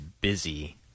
busy